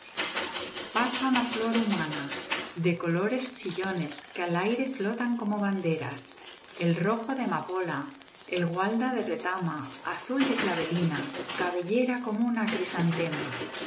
pasa una flor humana de colores chillones que al aire flotan como banderas el rojo de amapola el gualda de retama azul de clavelina cabellera como una